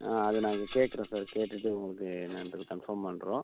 ஆ அதை நாங்கள் கேட்குறோம் சார் கேட்டுகிட்டு உங்களுக்கு என்னான்றதை கன்ஃபார்ம் பண்ணுறோம்